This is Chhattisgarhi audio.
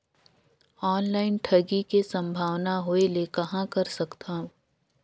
ऑनलाइन ठगी के संभावना होय ले कहां कर सकथन?